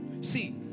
See